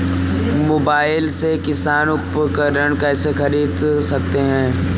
Mobile से किसान उपकरण कैसे ख़रीद सकते है?